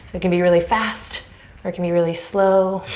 it can be really fast or it can be really slow.